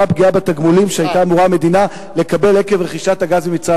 פגיעה בתגמולים שהיתה אמורה המדינה לקבל עקב רכישת הגז ממצרים.